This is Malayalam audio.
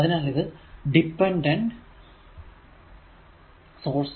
അതിനാൽ ഇത് ഡിപെൻഡഡ് സോഴ്സ്